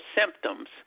symptoms